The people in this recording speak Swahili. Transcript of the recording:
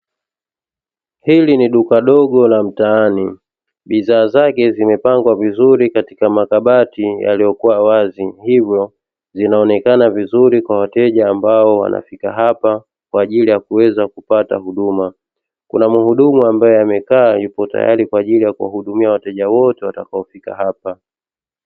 Hili ni duka dogo la mtaani bidhaa zake zimepangwa vizuri katika makabati yaliyokuwa wazi, hivyo zinaonekana vizuri kwa wateja ambao wanafika hapa kwaajili ya kuweza kupata huduma, kuna muhudumu ambaye amekaa yupo tayari kuwahudumia wateja wote watakao fika hapa.